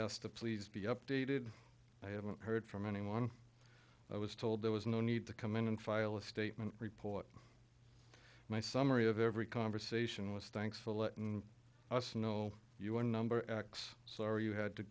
yes to please be updated i haven't heard from anyone i was told there was no need to come in and file a statement report my summary of every conversation with thanks for letting us know you are number x so are you had to